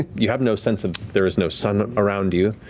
you have no sense of there is no sun around you.